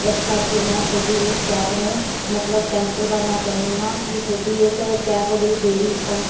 ਇਸ ਕਰਕੇ ਮੈਂ ਤੁਹਾਡੀ ਇਸ ਕੈਪ ਨੂੰ ਮਤਲਬ ਕੈਂਸਲ ਕਰਨਾ ਚਾਹੁੰਦੀ ਹਾਂ ਕਿ ਤੁਹਾਡੀ ਇਸ ਕੈਪ ਦੀ ਦੇਰੀ ਓ